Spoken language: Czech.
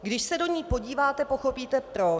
Když se do ní podíváte, pochopíte proč.